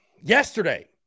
yesterday